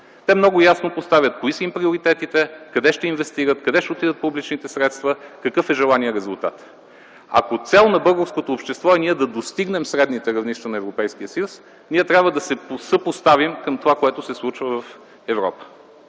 Те много ясно поставят кои са им приоритетите, къде ще инвестират, къде ще отидат публичните средства, какъв е желаният резултат. Ако цел на българското общество е ние да достигнем средните равнища на Европейския съюз, ние трябва да се съпоставим към това, което се случва в Европа.